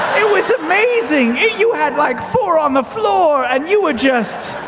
it was amazing! you you had like four on the floor and you were just.